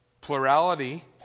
Plurality